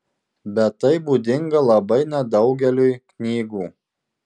bet tai būdinga labai nedaugeliui knygų